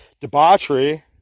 debauchery